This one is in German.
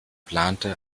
plante